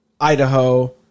Idaho